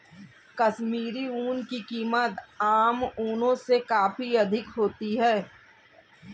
कश्मीरी ऊन की कीमत आम ऊनों से काफी अधिक होती है